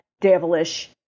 devilish